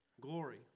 Glory